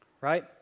right